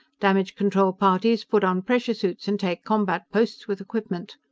damage-control parties, put on pressure suits and take combat posts with equipment!